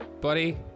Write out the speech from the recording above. buddy